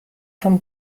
von